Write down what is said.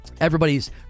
everybody's